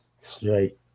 straight